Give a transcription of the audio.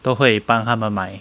都会帮他们买